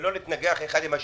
ולא בשביל להתנגח אחד בשני.